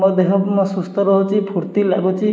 ମୋ ଦେହ ସୁସ୍ଥ ରହୁଛି ଫୁର୍ତ୍ତି ଲାଗୁଛି